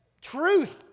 truth